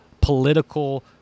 political